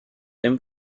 him